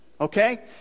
okay